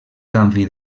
canvi